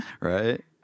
Right